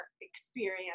experience